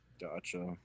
Gotcha